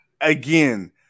Again